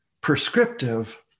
prescriptive